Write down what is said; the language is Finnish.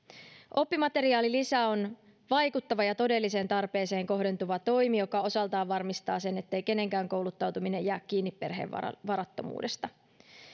oppimateriaalilisä on vaikuttava ja todelliseen tarpeeseen kohdentuva toimi joka osaltaan varmistaa sen ettei kenenkään kouluttautuminen jää kiinni perheen varattomuudesta